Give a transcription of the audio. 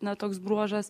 na toks bruožas